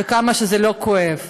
כמה שזה כואב.